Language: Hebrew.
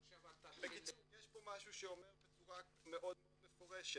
בקיצור, יש פה משהו שאומר בצורה מאוד מפורשת